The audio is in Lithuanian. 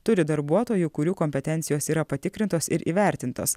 turi darbuotojų kurių kompetencijos yra patikrintos ir įvertintos